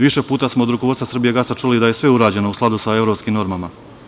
Više puta smo od rukovodstva Srbijagasa čuli da je sve urađeno u skladu sa evropskim normama.